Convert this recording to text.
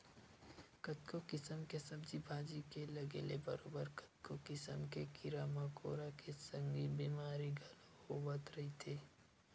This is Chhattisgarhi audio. कतको किसम के सब्जी भाजी के लगे ले बरोबर कतको किसम के कीरा मकोरा के संग बेमारी घलो होवत रहिथे